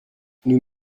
nous